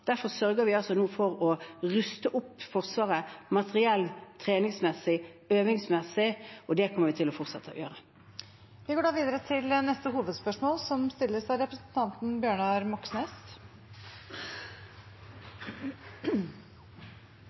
Derfor sørger vi nå for å ruste opp Forsvaret – materielt, treningsmessig, øvingsmessig – og det kommer vi til å fortsette å gjøre. Vi går til neste hovedspørsmål.